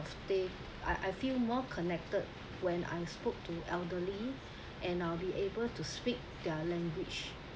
stay I I feel more connected when I spoke to elderly and I'll be able to speak their language